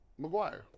McGuire